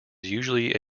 usually